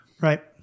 right